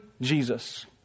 Jesus